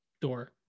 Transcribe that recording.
door